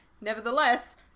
nevertheless